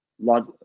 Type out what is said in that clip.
lot